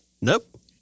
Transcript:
Nope